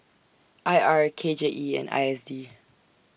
I R K J E and I S D